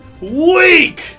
Weak